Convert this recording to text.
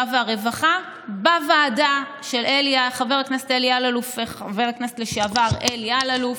והרווחה בוועדה של חבר הכנסת לשעבר אלי אלאלוף,